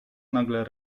nagle